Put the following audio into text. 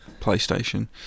PlayStation